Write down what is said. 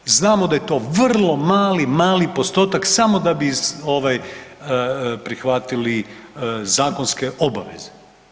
Znamo da je to vrlo mali, mali postotak samo da bi ovaj prihvatili zakonske obaveze.